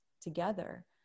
together